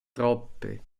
troppe